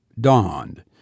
dawned